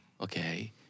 Okay